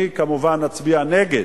אני כמובן אצביע נגד,